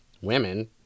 women